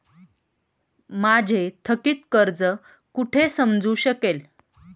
माझे थकीत कर्ज कुठे समजू शकेल?